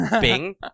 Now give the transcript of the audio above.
Bing